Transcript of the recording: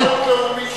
שירות לאומי,